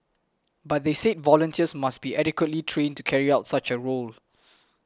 but they said volunteers must be adequately trained to carry out such a role